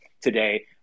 today